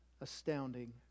astounding